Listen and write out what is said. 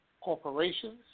corporations